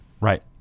Right